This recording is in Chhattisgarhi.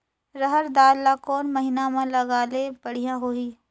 रहर दाल ला कोन महीना म लगाले बढ़िया होही?